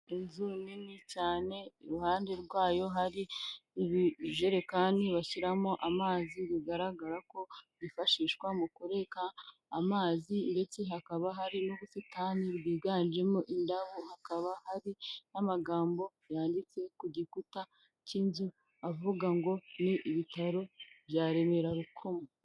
Inzu nini cyane iruhande rwayo hari ibijerekani bashyiramo amazi, bigaragara ko bifashishwa mu kureka amazi ndetse hakaba hari n'ubusitani bwiganjemo indabo hakaba hari n'amagambo yanditse ku gikuta cy'inzu avuga ngo ni ibitaro bya Remera rukoma.